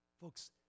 Folks